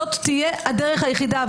זאת תהיה הדרך היחידה.